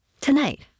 Tonight